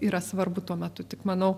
yra svarbu tuo metu tik manau